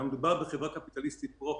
מדובר אומנם בחברה קפיטליסטית פרופר,